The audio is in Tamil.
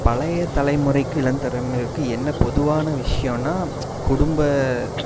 பழைய தலைமுறைக்கும் இளம் தலைமுறைக்கும் என்ன பொதுவான விஷயோனா குடும்ப